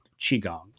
Qigong